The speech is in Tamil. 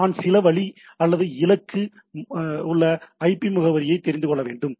எனவே நான் சில வழி அல்லது இலக்கு மற்ற உள்ள ஐபி முகவரியைக் தெரிந்து கொள்ள வேண்டும்